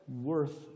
worth